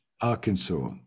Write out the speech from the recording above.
Arkansas